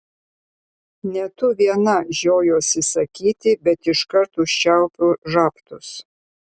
ne tu viena žiojuosi sakyti bet iškart užčiaupiu žabtus